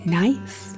nice